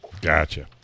Gotcha